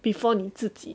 before 你自己